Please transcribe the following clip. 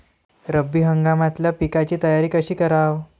रब्बी हंगामातल्या पिकाइची तयारी कशी कराव?